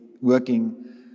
working